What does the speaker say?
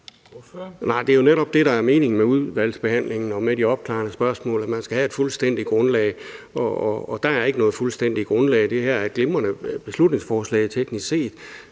det er jo netop det, der er meningen med udvalgsbehandlingen og med de opklarende spørgsmål, altså at man skal have et fuldstændigt grundlag, og der er ikke noget fuldstændigt grundlag. Det her er et glimrende beslutningsforslag teknisk set,